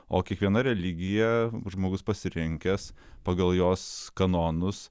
o kiekviena religija žmogus pasirinkęs pagal jos kanonus